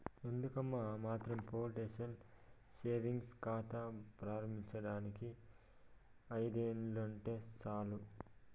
ఎందుకమ్మా ఆత్రం postal savings కాతా ప్రారంబించేదానికి ఐదొందలుంటే సాలు